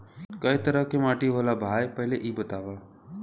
कै तरह के माटी होला भाय पहिले इ बतावा?